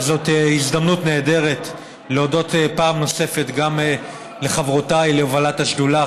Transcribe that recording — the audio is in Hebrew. וזאת הזדמנות נהדרת להודות פעם נוספת לחברותיי להובלת השדולה,